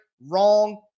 wrong